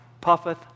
puffeth